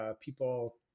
people